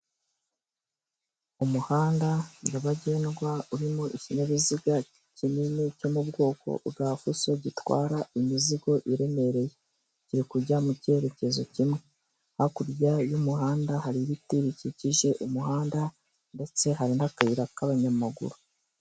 Umuhanda nyabagendwa urimo ikinyabiziga kinini cyo mu bwoko bwa fuso gitwara imizigo iremereye, kiri kujya mu kerekezo kimwe, hakurya y'umuhanda hari ibiti bikikije umuhanda ndetse hari n'akayira k'abanyamaguru.